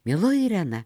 mieloji irena